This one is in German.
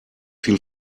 viel